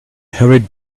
hurried